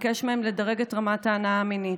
וביקש מהן לדרג את רמת ההנאה המינית.